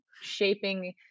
shaping